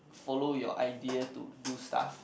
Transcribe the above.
follow your idea to do stuff